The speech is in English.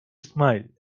smiled